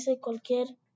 cualquier